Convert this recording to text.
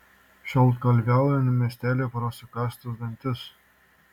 šaltkalviauju mesteli pro sukąstus dantis